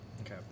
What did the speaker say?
Okay